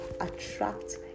attract